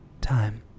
Time